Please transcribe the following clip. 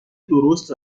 درست